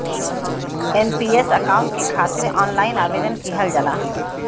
NPS account के खातिर online आवेदन किहल जाला